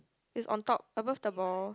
it's on top above the ball